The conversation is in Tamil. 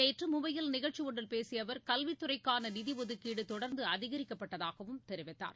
நேற்று மும்பையில் நிகழ்ச்சி ஒன்றில் பேசிய அவர் கல்வித்துறைக்கான நிதி ஒதுக்கீடு தொடர்ந்து அதிகரிக்கப்பட்டதாகவும் தெரிவித்தார்